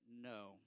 no